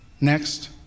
Next